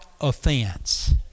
offense